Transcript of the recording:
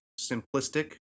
simplistic